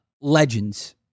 legends